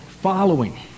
Following